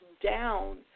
down